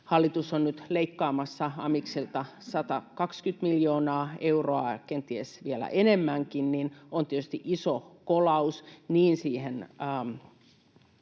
hallitus on nyt leikkaamassa amiksilta 120 miljoonaa euroa, kenties vielä enemmänkin, on tietysti iso kolaus niin